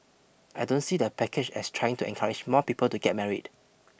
I don't see the package as trying to encourage more people to get married